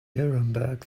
nuremberg